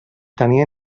tenia